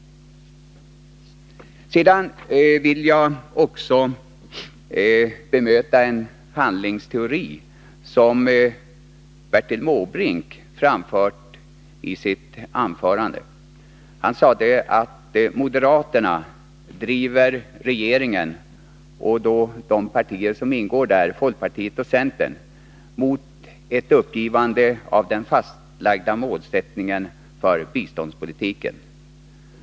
Sedan vill jag bemöta den handlingsteori som Bertil Måbrink framförde i sitt anförande. Han sade att moderaterna driver regeringen och därmed de partier som ingår i regeringen, folkpartiet och centern, mot ett uppgivande av den fastlagda målsättningen för biståndspolitiken.